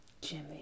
Jimmy